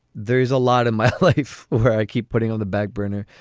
there is a lot of my life where i keep putting on the backburner.